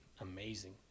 amazing